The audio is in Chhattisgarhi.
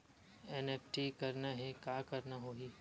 एन.ई.एफ.टी करना हे का करना होही?